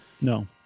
No